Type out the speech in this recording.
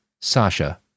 Sasha